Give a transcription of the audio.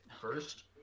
first